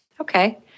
Okay